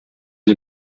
die